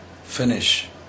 finish